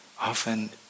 Often